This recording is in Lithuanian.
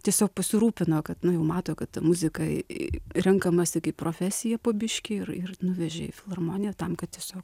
tiesiog pasirūpino kad nu jau mato kad ta muzika renkamasi kaip profesija po biškį ir ir nuvežė filharmoniją tam kad tiesiog